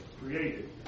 created